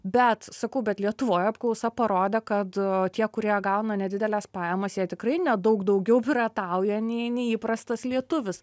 bet sakau bet lietuvoj apklausa parodė kad tie kurie gauna nedideles pajamas jie tikrai ne daug daugiau piratauja nei nei įprastas lietuvis